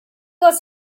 was